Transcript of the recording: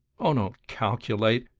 oh, don't calculate,